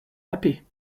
tapé